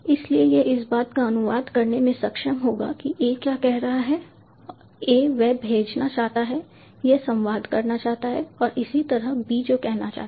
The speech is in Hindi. इसलिए यह इस बात का अनुवाद करने में सक्षम होगा कि A क्या कह रहा है A वह भेजना चाहता है वह संवाद करना चाहता है और इसी तरह B जो कहना चाहता है